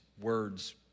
words